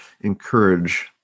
encourage